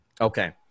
okay